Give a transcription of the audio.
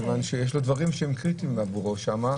מכיוון שיש לו דברים שהם קריטיים עבורו שם,